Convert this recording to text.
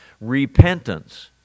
repentance